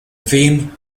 theme